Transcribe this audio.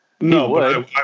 No